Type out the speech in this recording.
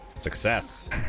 Success